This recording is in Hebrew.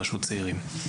ברשות צעירים.